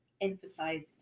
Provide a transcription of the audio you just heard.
emphasized